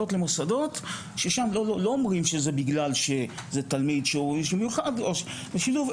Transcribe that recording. למוסדות ששם לא אומרים שזה בגלל שזה תלמיד מיוחד לשילוב,